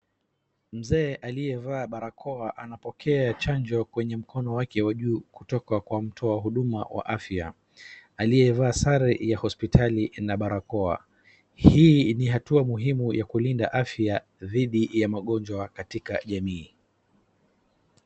Mzee aliyevaa barakoa anapokea chanjo kwenye mkono wake wa juu kutoka kwa mtoa huduma wa afya aliyevaa sare ya hospitali na barakoa. Hii ni hatua muhimu ya kulinda afya dhidi ya magonjwa katika jamii.